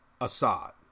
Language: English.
Assad